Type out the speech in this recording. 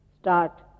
start